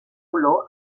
olor